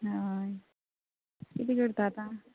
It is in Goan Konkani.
हय कितें करता आतां